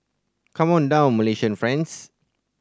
come on down Malaysian friends